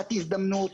שעת הזדמנות,